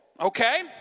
Okay